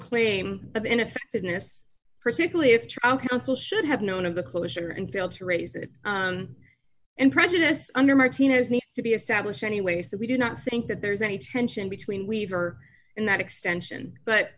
claim of ineffectiveness particularly if trial counsel should have known of the closure and failed to raise it and prejudice under martinez needs to be established anyway so we do not think that there's any tension between weaver and that extension but